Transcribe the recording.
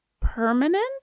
permanent